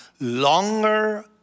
longer